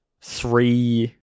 three